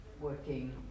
working